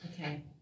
Okay